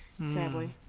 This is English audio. Sadly